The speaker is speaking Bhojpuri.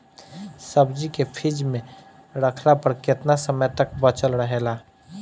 सब्जी के फिज में रखला पर केतना समय तक बचल रहेला?